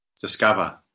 discover